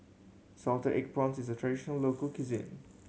salted egg prawns is a traditional local cuisine